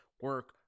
Work